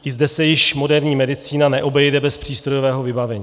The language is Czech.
I zde se již moderní medicína neobejde bez přístrojového vybavení.